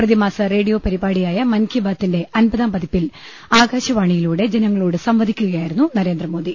പ്രതിമാസ റേഡിയോ പരിപാടിയായ മൻകി ബാതിന്റെ അൻപതാം പതിപ്പിൽ ആകാശവാണിയിലൂടെ ജനങ്ങ ളോട് സംവദിക്കുകയായിരുന്നു നരേന്ദ്രമോദി